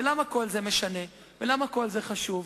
למה כל זה משנה ולמה כל זה חשוב?